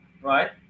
right